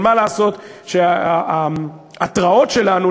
אבל מה לעשות שההתראות שלנו,